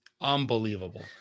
Unbelievable